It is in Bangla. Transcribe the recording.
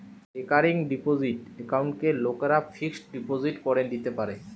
রেকারিং ডিপোসিট একাউন্টকে লোকরা ফিক্সড ডিপোজিট করে লিতে পারে